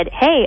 hey